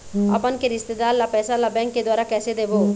अपन के रिश्तेदार ला पैसा ला बैंक के द्वारा कैसे देबो?